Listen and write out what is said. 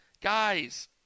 Guys